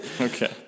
Okay